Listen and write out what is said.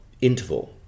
Interval